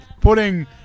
putting